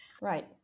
Right